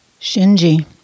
Shinji